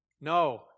No